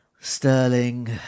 Sterling